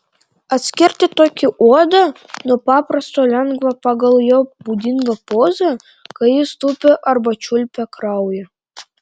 atskirti tokį uodą nuo paprasto lengva pagal jo būdingą pozą kai jis tupi arba čiulpia kraują